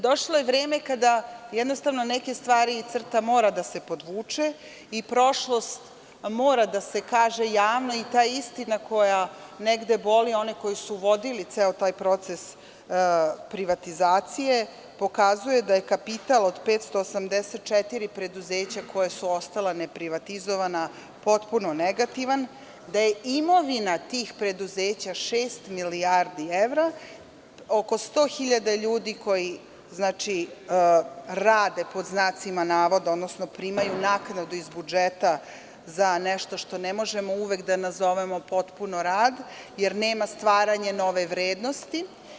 Došlo je vreme kada jednostavno za neke stvari crta mora da se podvuče i prošlost mora da se kaže javno i ta istina koja negde boli one koji su vodili ceo taj proces privatizacije pokazuje da je kapital od 584 preduzeća koja su ostala neprivatizovana potpuno negativan, da je imovina tih preduzeća šest milijardi evra, da je oko 100.000 ljudi koji rade pod znacima navoda, odnosno primaju naknadu iz budžeta za nešto što ne možemo uvek da nazovemo potpuno rad, jer nema stvaranja nove vrednosti.